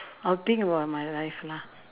I will think about my life lah